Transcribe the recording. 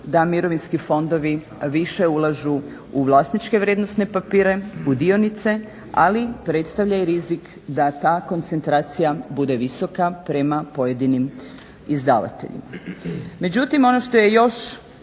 da mirovinski fondovi više ulažu u vlasničke vrijednosne papire, u dionice ali predstavljaju rizik da ta koncentracija bude visoka prema pojedinim izdavateljima. Međutim, ono što je još